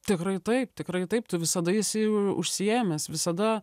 tikrai taip tikrai taip tu visada esi užsiėmęs visada